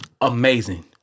Amazing